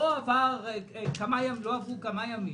לא עברו כמה ימים,